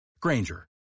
Granger